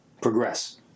progress